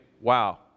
wow